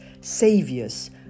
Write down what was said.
saviors